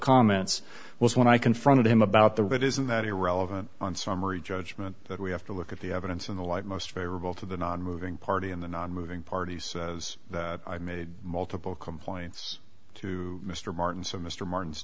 comments was when i confronted him about the writ isn't that irrelevant on summary judgment that we have to look at the evidence in the light most favorable to the nonmoving party in the nonmoving parties as i made multiple complaints to mr martin so mr martin's